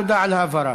תודה על ההבהרה.